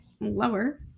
lower